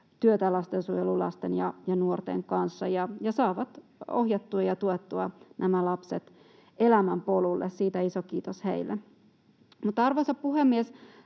työtä lastensuojelulasten ja nuorten kanssa ja saa ohjattua ja tuettua nämä lapset elämän polulle. Siitä iso kiitos heille. Mutta, arvoisa puhemies,